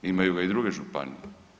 Imaju ga i druge županije.